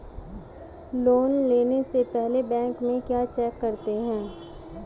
Loan देने से पहले बैंक में क्या चेक करते हैं?